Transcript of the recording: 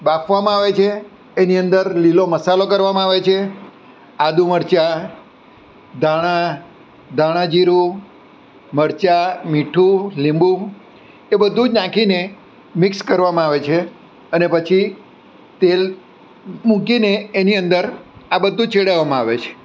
બાફવામાં આવે છે એની અંદર લીલો મસાલો કરવામાં આવે છે આદું મરચાં ધાણાં ધાણાજીરું મરચાં મીઠું લીંબુ એ બધું જ નાખીને મિક્સ કરવામાં આવે છે અને પછી તેલ મૂકીને એની અંદર આ બધું જ ચઢાવવામાં આવે છે